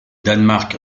danemark